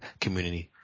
community